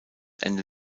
ende